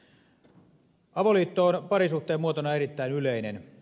avoliitto on parisuhteen muotona erittäin yleinen